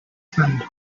friend